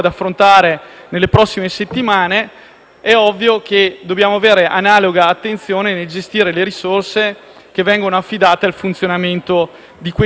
È ovvio che dobbiamo prestare analoga attenzione nel gestire le risorse che vengono affidate al funzionamento del Senato della Repubblica.